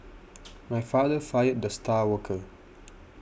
my father fired the star worker